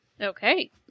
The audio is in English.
Okay